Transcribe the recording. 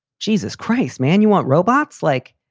jesus christ, man, you want robots like.